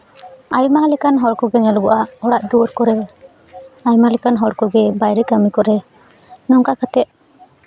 ᱟᱭᱢᱟ ᱞᱮᱠᱟᱱ ᱦᱚᱲ ᱠᱚᱠᱚ ᱧᱮᱞᱚᱜᱚᱜᱼᱟ ᱚᱲᱟᱜ ᱫᱩᱣᱟᱹᱨ ᱠᱚᱨᱮᱜ ᱟᱭᱢᱟ ᱞᱮᱠᱟᱱ ᱦᱚᱲ ᱠᱚᱜᱮ ᱵᱟᱭᱨᱮ ᱠᱟᱹᱢᱤ ᱠᱚᱨᱮ ᱱᱚᱝᱠᱟ ᱠᱟᱛᱮ